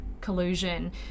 collusion